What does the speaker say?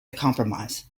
compromise